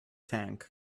tank